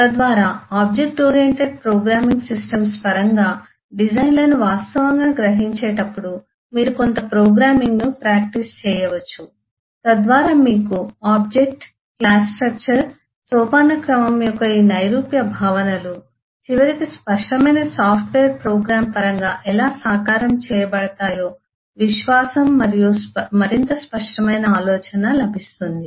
తద్వారా object oriented programming systems పరంగా డిజైన్లను వాస్తవంగా గ్రహించేటప్పుడు మీరు కొంత ప్రోగ్రామింగ్ను ప్రాక్టీస్ చేయవచ్చు తద్వారా మీకు ఆబ్జెక్ట్ క్లాస్ స్ట్రక్చర్ సోపానక్రమం యొక్క ఈ నైరూప్య భావనలు చివరికి స్పష్టమైన సాఫ్ట్వేర్ ప్రోగ్రామ్ పరంగా ఎలా సాకారం చేయబడతాయో విశ్వాసం మరియు మరింత స్పష్టమైన ఆలోచన లభిస్తుంది